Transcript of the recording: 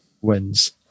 wins